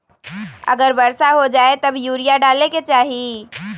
अगर वर्षा हो जाए तब यूरिया डाले के चाहि?